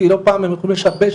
כי לא פעם הם יכולים לשבש,